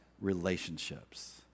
relationships